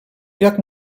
jak